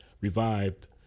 Revived